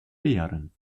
beeren